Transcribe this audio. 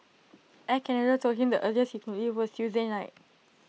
Air Canada told him the earliest he could leave was Tuesday night